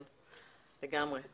לגמרי.